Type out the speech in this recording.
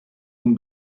nun